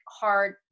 hard